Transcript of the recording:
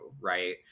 right